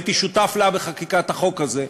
הייתי שותף לה בחקיקת החוק הזה,